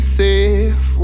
safe